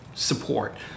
support